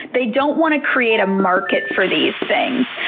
they don't want to create a market for these things.